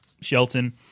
Shelton